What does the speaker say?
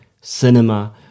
cinema